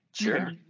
sure